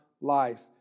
life